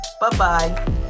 Bye-bye